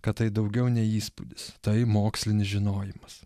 kad tai daugiau nei įspūdis tai mokslinis žinojimas